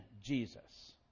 Jesus